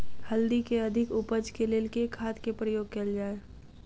हल्दी केँ अधिक उपज केँ लेल केँ खाद केँ प्रयोग कैल जाय?